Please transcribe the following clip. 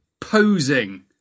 posing